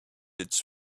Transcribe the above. its